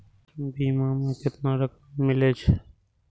बीमा में केतना रकम मिले छै?